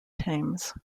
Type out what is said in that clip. thames